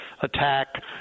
attack